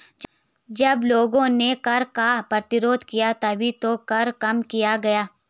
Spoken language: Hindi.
जब लोगों ने कर का प्रतिरोध किया तभी तो कर कम किया गया